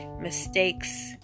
mistakes